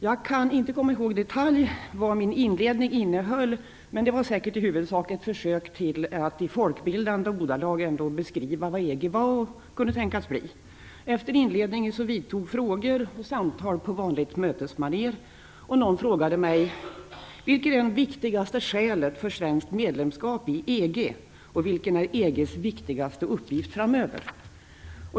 Jag kan inte komma ihåg i detalj vad min inledning innehöll, men det var säkert i huvudsak ett försök att i folkbildande ordalag beskriva vad EG var och kunde tänkas bli. Efter inledningen vidtog frågor och samtal på vanligt mötesmanér. Någon frågade mig: Vilket är det viktigaste skälet för svenskt medlemskap i EG och vilken är EG:s viktigaste uppgift framöver?